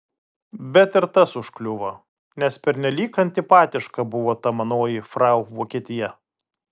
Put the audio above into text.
bet ir tas užkliuvo nes pernelyg antipatiška buvo ta manoji frau vokietija